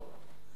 האמת היא,